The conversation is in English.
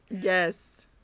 Yes